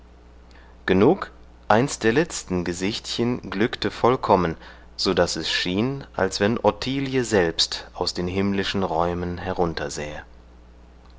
genug eins der letzten gesichtchen glückte vollkommen so daß es schien als wenn ottilie selbst aus den himmlischen räumen